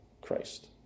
Christ